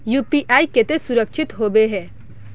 UPI केते सुरक्षित होबे है?